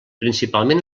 principalment